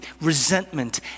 resentment